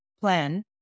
plan